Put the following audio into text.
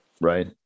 right